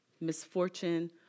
misfortune